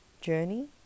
journey